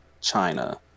China